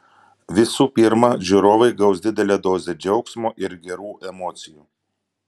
visų pirma žiūrovai gaus didelę dozę džiaugsmo ir gerų emocijų